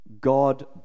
God